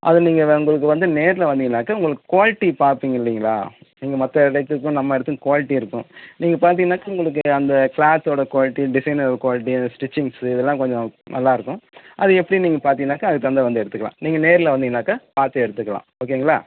அது நீங்கள் உங்களுக்கு வந்து நேர்ல வந்தீங்கன்னாக்கா உங்களுக்கு குவாலிட்டி பார்ப்பீங்க இல்லைங்களா நீங்கள் மற்ற இடத்துக்கும் நம்ம இடத்துக்கும் குவாலிட்டி இருக்கும் நீங்கள் பார்த்திங்கன்னாக்கா உங்களுக்கு அந்த கிளாத்தோட குவாலிட்டி டிசைனோட குவாலிட்டி அந்த ஸ்டிச்சிங்ஸு இதெல்லாம் கொஞ்சம் நல்லாருக்கும் அது எப்படி நீங்கள் பார்த்தீங்கன்னாக்கா அதுக்கு தகுந்து வந்து எடுத்துக்கலாம் நீங்கள் நேர்ல வந்தீங்கனாக்கா பார்த்து எடுத்துக்கலாம் ஓகேங்களா